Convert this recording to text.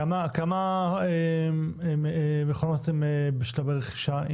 כמה מכונות יש בשלבי רכישה,